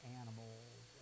animals